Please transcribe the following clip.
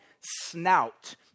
snout